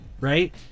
right